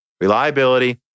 Reliability